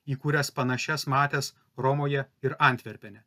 į kurias panašias matęs romoje ir antverpene